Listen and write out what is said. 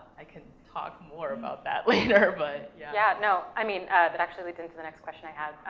i can talk more about that later, but yeah. yeah, no, i mean, that actually leads into the next question i had,